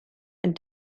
and